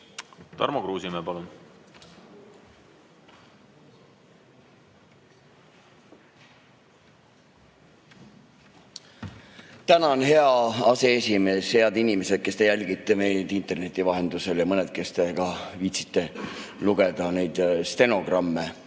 Tarmo Kruusimäe, palun! Tänan, hea aseesimees! Head inimesed, kes te jälgite meid interneti vahendusel, ja mõned, kes te viitsite lugeda stenogramme!